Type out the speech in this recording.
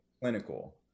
clinical